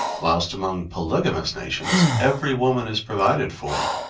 whilst among polygamous nations every woman is provided for,